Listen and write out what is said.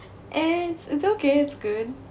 and it's okay it's good